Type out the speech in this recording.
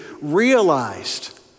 realized